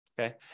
Okay